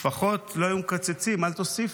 לפחות לא היו מקצצים, אל תוסיפו,